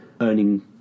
earning